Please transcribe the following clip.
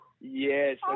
Yes